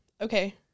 Okay